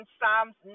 Psalms